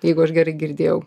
jeigu aš gerai girdėjau